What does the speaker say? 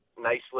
Nicely